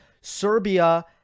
Serbia